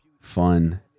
fun